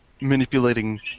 manipulating